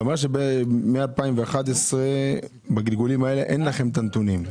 אתה אומר שמ-2011 בגלגולים האלה אין לכם את הנתונים,